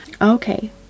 Okay